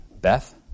Beth